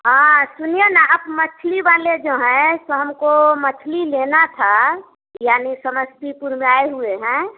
हाँ सुनिए ना आप मछली वाले जो हैं सो हमको मछली लेना था यानि समस्तीपुर में आए हुए हैं